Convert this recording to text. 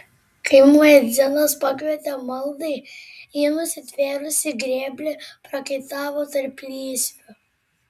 kai muedzinas pakvietė maldai ji nusitvėrusi grėblį prakaitavo tarp lysvių